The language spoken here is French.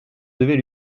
devais